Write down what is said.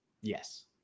yes